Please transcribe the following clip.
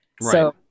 Right